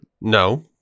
No